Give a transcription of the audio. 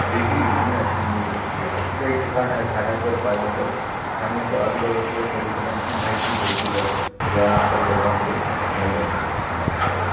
वेगळी नवीन अशी मिळू शकते अशी काही ठिकाणं ठाण्यात जर पाहिलं तर ठाण्याच्या आजूबाजू असलेल्या परिसरांची माहिती देखील या पर्यटकांकडून मिळत असते आम्हाला